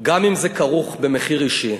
גם אם זה כרוך במחיר אישי.